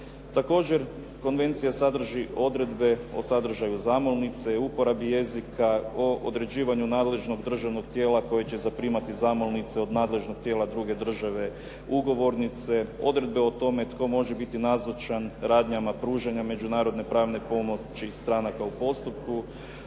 Također konvencija sadrži odredbe o sadržaju zamolnice, uporabi jezika, o određivanju nadležnog državnog tijela koje će zaprimati zamolnice od nadležnog tijela druge države ugovornice, odredbe o tome tko može biti nazočan radnjama pružanja međunarodne pravne pomoći stranaka u postupku,